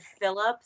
Phillips